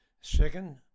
Second